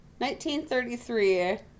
1933